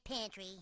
pantry